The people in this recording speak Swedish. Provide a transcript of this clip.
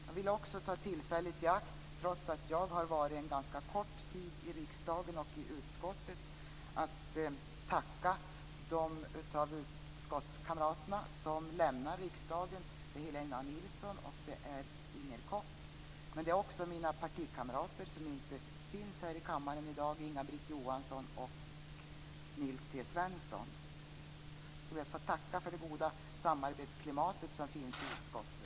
Jag vill också ta tillfället i akt, trots att jag har varit en ganska kort tid i riksdagen och i utskottet, att tacka de av utskottskamraterna som lämnar riksdagen. Det är Helena Nilsson och Inger Koch, men det är också mina partikamrater som inte finns här i kammaren i dag, Inga-Britt Johansson och Nils T Svensson. Jag tackar dem för det goda samarbetsklimat som finns i utskottet.